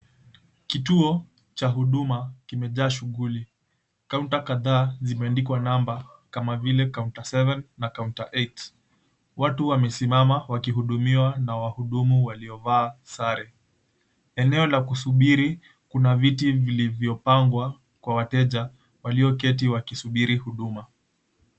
Kituo cha huduma, kimejaa shughuli. Kaunta kadhaa zimeandikwa namba kama vile; kaunta 7 na kaunta 8. Watu wamesimama wakihudumiwa na wahudumu waliovaa sare. Eneo la kusubiri kuna viti, vilivyopangwa kwa wateja walioketi wakisubiri huduma.